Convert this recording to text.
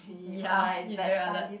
ya he's very alert